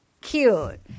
cute